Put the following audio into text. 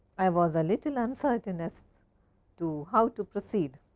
i was a little uncertain as to how to proceed